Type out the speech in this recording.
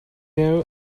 know